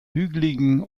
hügeligen